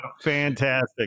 fantastic